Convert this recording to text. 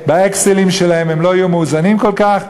ב"אקסלים" שלהם הם לא יהיו מאוזנים כל כך,